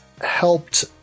helped